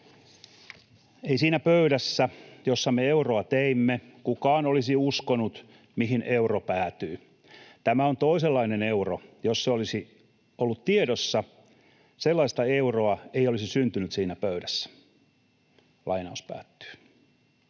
”Ei siinä pöydässä, jossa me euroa teimme, kukaan olisi uskonut, mihin euro päätyy. Tämä on toisenlainen euro. Jos se olisi ollut tiedossa, sellaista euroa ei olisi syntynyt siinä pöydässä.” Näin siis